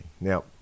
Now